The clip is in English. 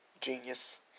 genius